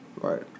Right